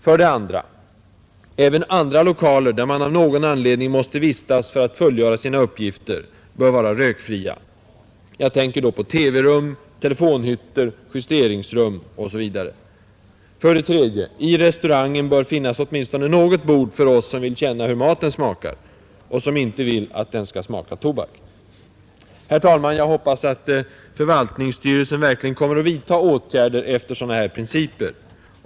För det andra: Även andra lokaler där man av någon anledning måste vistas för att fullgöra sina uppgifter bör vara rökfria. Jag tänker på TV-rum, telefonhytter, justeringsrum osv. För det tredje: I restaurangen bör finnas åtminstone något bord för oss som vill känna hur maten smakar och som inte vill att den skall smaka tobak. Herr talman! Jag hoppas att förvaltningsstyrelsen verkligen kommer att vidta åtgärder efter sådana här principer.